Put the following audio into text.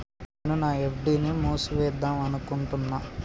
నేను నా ఎఫ్.డి ని మూసివేద్దాంనుకుంటున్న